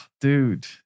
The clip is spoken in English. Dude